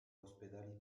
ospedali